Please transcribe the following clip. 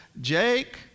Jake